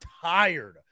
tired